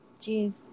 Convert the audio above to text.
Jeez